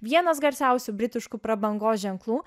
vienas garsiausių britiškų prabangos ženklų